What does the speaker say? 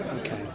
Okay